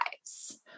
lives